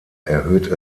erhöht